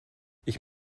ich